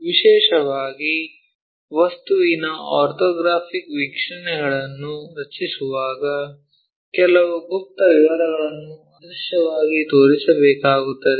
ವಿಶೇಷವಾಗಿ ವಸ್ತುವಿನ ಆರ್ಥೋಗ್ರಾಫಿಕ್ ವೀಕ್ಷಣೆಗಳನ್ನು ರಚಿಸುವಾಗ ಕೆಲವು ಗುಪ್ತ ವಿವರಗಳನ್ನು ಅದೃಶ್ಯವಾಗಿ ತೋರಿಸಬೇಕಾಗುತ್ತದೆ